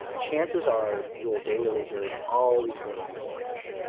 chances are your daylilies are always going to be orange.